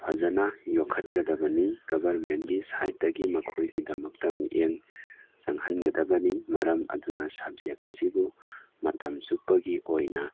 ꯐꯖꯅ ꯌꯣꯛꯈꯠꯀꯗꯕꯅꯤ ꯒꯚꯔꯃꯦꯟꯀꯤ ꯁꯥꯏꯗꯇꯒꯤ ꯃꯈꯣꯏꯒꯤ ꯃꯤꯠꯌꯦꯡ ꯆꯪꯍꯟꯒꯗꯕꯅꯤ ꯃꯔꯝ ꯑꯗꯨꯅ ꯁꯕꯖꯦꯛ ꯑꯁꯤꯕꯨ ꯃꯇꯝ ꯆꯨꯞꯄꯒꯤ ꯑꯣꯏꯅ